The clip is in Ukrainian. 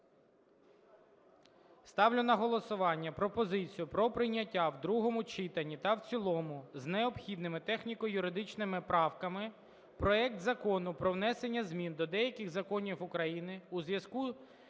Ставлю на голосування пропозицію про прийняття в другому читанні та в цілому з необхідними техніко-юридичними правками проект Закону про внесення змін до деяких законів України у зв'язку з